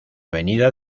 avenida